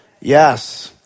yes